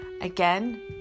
again